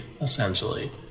essentially